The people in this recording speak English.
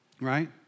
right